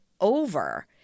over